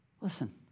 Listen